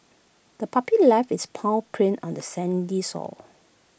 the puppy left its paw prints on the sandy sore